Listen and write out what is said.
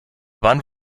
wann